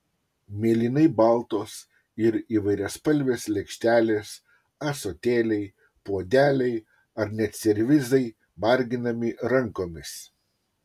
mėlynai baltos ir įvairiaspalvės lėkštelės ąsotėliai puodeliai ar net servizai marginami rankomis